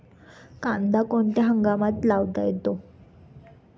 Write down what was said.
कांदा कोणत्या हंगामात लावता येतो?